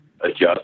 adjust